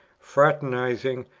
fraternizing,